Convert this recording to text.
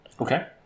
Okay